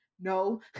No